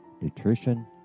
nutrition